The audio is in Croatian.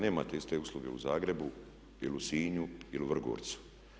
Nemate iste usluge u Zagrebu, ili u Sinju, ili u Vrgorcu.